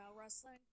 Wrestling